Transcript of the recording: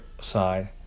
side